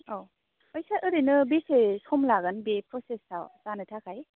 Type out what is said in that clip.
औ ओमफाय सार ओरैनो बेसे सम लागोन बे प्रसेसआव जानो थाखाय